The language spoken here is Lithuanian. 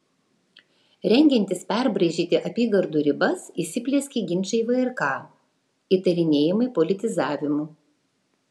rengiantis perbraižyti apygardų ribas įsiplieskė ginčai vrk įtarinėjimai politizavimu